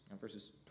verses